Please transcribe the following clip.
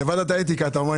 לוועדת האתיקה, אתה אומר.